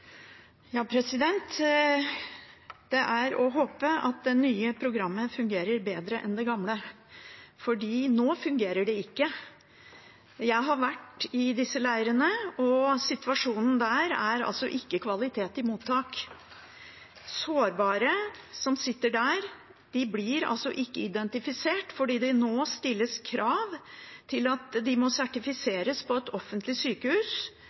Det er å håpe at det nye programmet fungerer bedre enn det gamle, for nå fungerer det ikke. Jeg har vært i disse leirene, og situasjonen der er altså ikke kvalitet i mottak. Sårbare som sitter der, blir altså ikke identifisert, fordi det nå stilles krav til at de må sertifiseres på et offentlig sykehus,